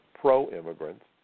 pro-immigrants